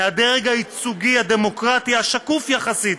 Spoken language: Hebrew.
מהדרג הייצוגי הדמוקרטי השקוף יחסית,